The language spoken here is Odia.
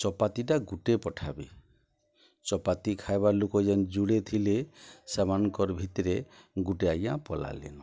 ଚପାତି ଟା ଗୁଟେ ପଠାବେ ଚପାତି ଖାଇବା ଲୋକ ଯେନ୍ ଯୁଡ଼େ ଥିଲେ ସେମାନଙ୍କର୍ ଭିତରେ ଗୁଟେ ଆଜ୍ଞା ପଲାଲେନ